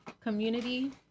community